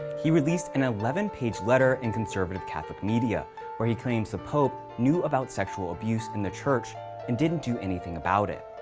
he released an eleven page letter in conservative catholic media where he claims the pope knew about sexual abuse in the church and didn't do anything about it.